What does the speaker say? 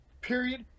period